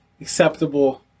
acceptable